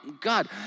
God